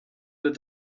with